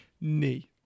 knee